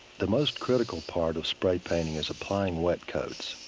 the most critical part of spray painting is applying wet coats.